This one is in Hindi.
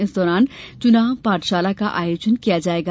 इस दौरान चुनाव पाठशाला का आयोजन किया जाएगा